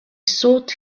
sought